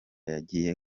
yagiye